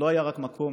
זה לא היה רק מקום